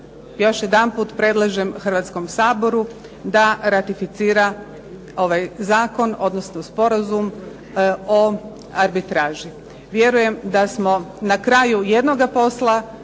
još jedanput predlažem Hrvatskom saboru da ratificira ovaj zakon, odnosno sporazum o arbitraži. Vjerujem da smo na kraju jednoga posla,